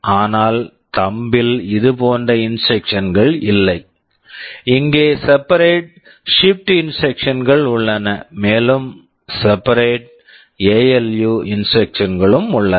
ஆனால் thumb thumb -ல் இதுபோன்ற இன்ஸ்ட்ரக்க்ஷன்ஸ் instructions கள் இல்லை இங்கே separate shift separate shift instructions instructions கள் உள்ளன மேலும் separate ALU ALU instructions instructions களும் உள்ளன